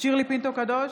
שירלי פינטו קדוש,